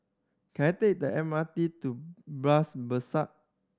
can I take the M R T to Bras Basah